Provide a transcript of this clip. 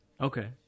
Okay